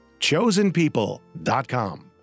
chosenpeople.com